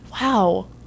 Wow